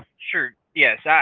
sure, yes. yeah